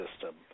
system